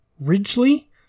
Ridgely